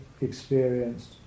experienced